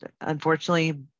unfortunately